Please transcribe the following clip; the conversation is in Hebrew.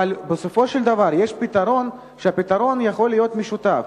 אבל בסופו של דבר יש פתרון שיכול להיות משותף.